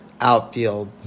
outfield